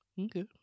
Okay